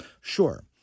Sure